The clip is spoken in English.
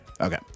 Okay